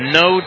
no